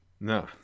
no